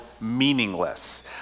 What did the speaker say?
Meaningless